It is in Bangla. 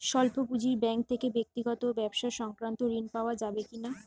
স্বল্প পুঁজির ব্যাঙ্ক থেকে ব্যক্তিগত ও ব্যবসা সংক্রান্ত ঋণ পাওয়া যাবে কিনা?